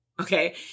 Okay